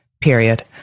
period